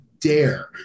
dare